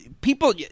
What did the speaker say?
people